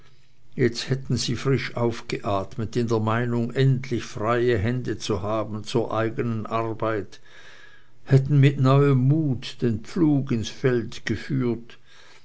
jetzt hätten sie frisch aufgeatmet in der meinung endlich freie hände zu haben zur eigenen arbeit hätten mit neuem mut den pflug ins feld geführt